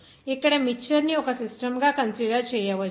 ఇక్కడ మిక్చర్ ని ఒక సిస్టమ్ గా కన్సిడర్ చేయవచ్చు